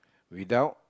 without